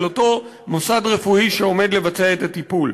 של אותו מוסד רפואי שעומד לבצע את הטיפול.